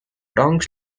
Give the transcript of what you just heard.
tongs